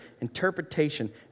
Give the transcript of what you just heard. interpretation